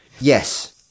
Yes